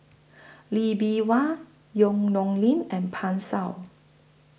Lee Bee Wah Yong Nyuk Lin and Pan Shou